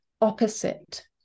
opposite